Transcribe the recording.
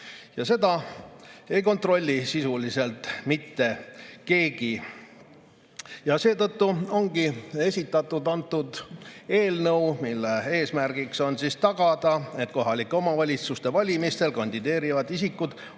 Seda ei kontrolli sisuliselt mitte keegi. Seetõttu ongi esitatud eelnõu, mille eesmärk on tagada, et kohalike omavalitsuste valimistel kandideerivad isikud